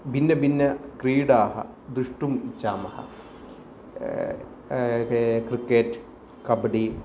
भिन्न भिन्न क्रीडाः द्रष्टुम् इच्छामः क् क्रिकेट् कबड्डि